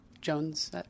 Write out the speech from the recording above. Jones